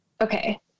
okay